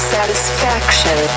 Satisfaction